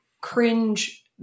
cringe